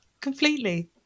completely